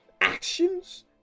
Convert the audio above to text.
actions